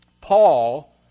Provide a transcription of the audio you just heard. Paul